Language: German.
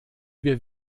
wir